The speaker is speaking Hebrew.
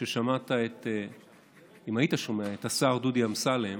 אם היית שומע את השר דודי אמסלם